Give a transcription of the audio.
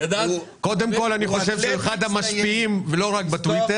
אני חושב שהוא אחד המשפיעים ולא רק בטוויטר.